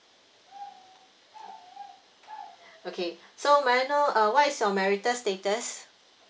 okay so may I know uh what is your marital status